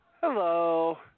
Hello